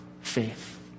Faith